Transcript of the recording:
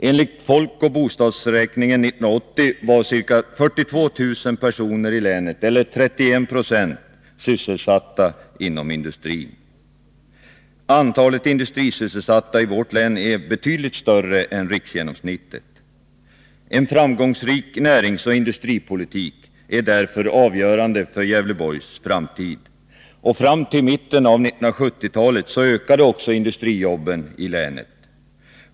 Enligt folkoch bostadsräkningen 1980 var ca 42 000 personer i länet eller 31 96 sysselsatta inom industrin. Antalet industrisysselsatta i vårt län är betydligt större än riksgenomsnittet. En framgångsrik näringsoch industripolitik är därför avgörande för Gävleborgs framtid. Fram till mitten av 1970-talet ökade också antalet industrijobb i länet.